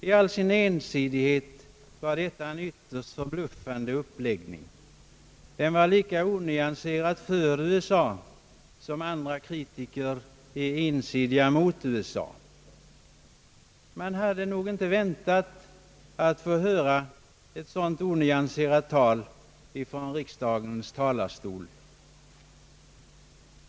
I all sin ensidighet var det en ytterst förbluffande uppläggning. Den var lika onyanserat för USA som andra kritiker är ensidiga mot USA. Man hade nog inte väntat att få höra ett sådant onyanserat tal från riksdagens talarstol.